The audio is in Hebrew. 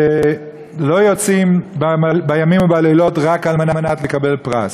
שלא יוצאים בימים ובלילות רק על מנת לקבל פרס.